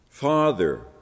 Father